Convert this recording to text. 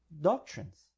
doctrines